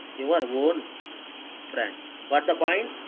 you are one branch what the point